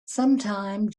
sometime